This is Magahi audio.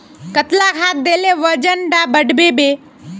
कतला खाद देले वजन डा बढ़बे बे?